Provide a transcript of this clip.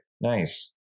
Nice